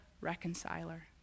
reconciler